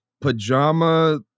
pajama